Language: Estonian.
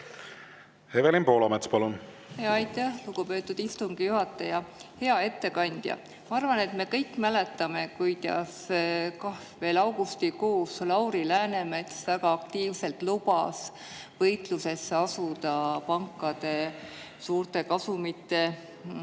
Evelin Poolamets, palun! Aitäh, lugupeetud istungi juhataja! Hea ettekandja! Ma arvan, et me kõik mäletame, kuidas ka veel augustikuus Lauri Läänemets väga aktiivselt lubas võitlusesse asuda pankade suurte kasumite